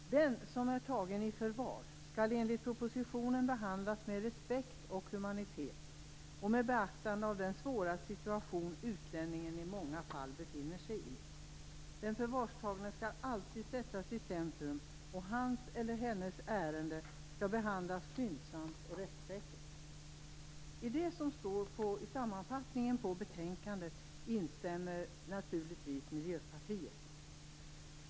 Fru talman! "Den som är tagen i förvar skall enligt propositionen behandlas med respekt och humanitet och med beaktande av den svåra situation utlänningen i många fall befinner sig i. Den förvarstagne skall alltid sättas i centrum, och hans eller hennes ärende skall behandlas skyndsamt och rättssäkert." I detta, som står i sammanfattningen av betänkandet, instämmer naturligtvis Miljöpartiet.